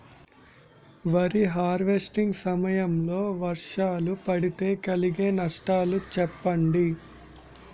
వరి హార్వెస్టింగ్ సమయం లో వర్షాలు పడితే కలిగే నష్టాలు చెప్పండి?